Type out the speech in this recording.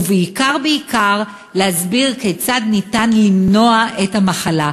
ובעיקר בעיקר להסביר כיצד אפשר למנוע את המחלה.